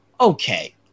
okay